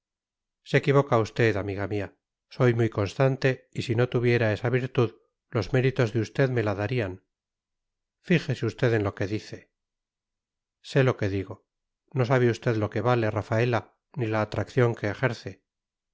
se equivoca usted amiga mía soy muy constante y si no tuviera esa virtud los méritos de usted me la darían fíjese usted en lo que dice sé lo que digo no sabe usted lo que vale rafaela ni la atracción que ejerce